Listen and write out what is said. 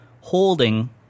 holding